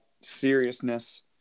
seriousness